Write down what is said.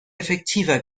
effektiver